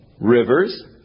rivers